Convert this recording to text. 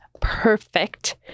perfect